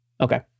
Okay